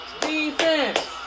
defense